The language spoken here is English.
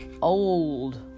old